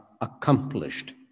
accomplished